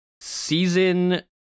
season